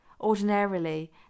Ordinarily